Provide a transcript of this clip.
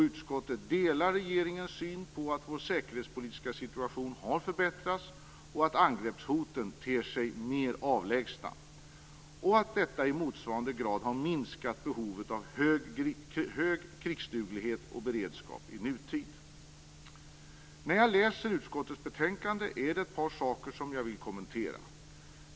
Utskottet delar regeringens syn att vår säkerhetspolitiska situation har förbättrats och att angreppshoten ter sig mer avlägsna samt att detta i motsvarande grad har minskat behovet av hög krigsduglighet och beredskap i nutid. När jag läser utskottets betänkande är det ett par saker som jag vill kommentera.